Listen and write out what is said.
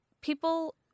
people